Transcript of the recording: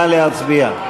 נא להצביע.